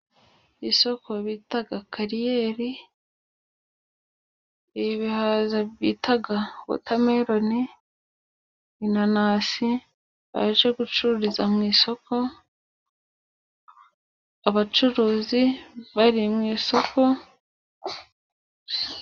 Isoko bita Kariyeri, ibihaza bita wotameroni, inanasi baje gucururiza mu isoko, abacuruzi bari mu isoko.